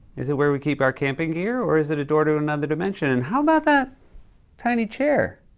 is it where we keep our camping gear? or is it a door to another dimension? and how about that tiny chair?